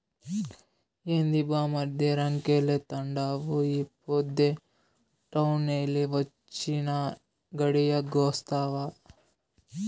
ఏంది బామ్మర్ది రంకెలేత్తండావు ఈ పొద్దే టౌనెల్లి వొచ్చినా, గడియాగొస్తావా